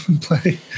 play